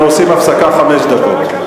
אנחנו עושים הפסקה של חמש דקות.